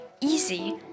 easy